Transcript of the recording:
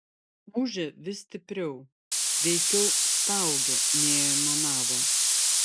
ūžė vis stipriau veikiau staugė nei aimanavo